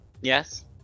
Yes